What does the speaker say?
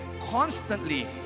constantly